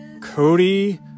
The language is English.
Cody